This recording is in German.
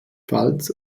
pfalz